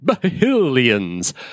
billions